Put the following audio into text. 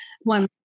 one